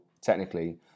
technically